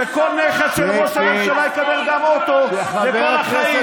שכל נכד של ראש הממשלה יקבל גם אוטו לכל החיים,